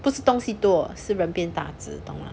不是东西多是人变大只懂吗